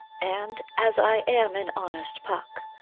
and, as i am an honest puck,